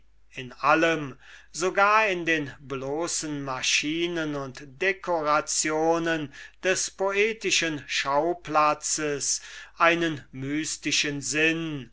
in allem sogar in den bloßen maschinen und decorationen des poetischen schauplatzes einen mystischen sinn